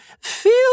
feel